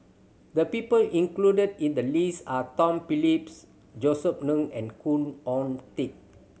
the people included in the list are Tom Phillips Josef Ng and Khoo Oon Teik